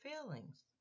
feelings